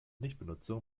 nichtbenutzung